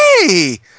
hey